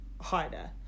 harder